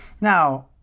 now